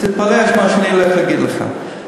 תתפלא מה אני הולך להגיד לך.